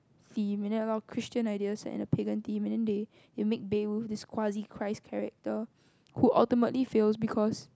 theme and a lot of Christian ideas set in the pagan theme and they they made Beowulf this crazy Christ character who alternately fails because